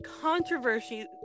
controversy